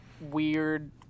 weird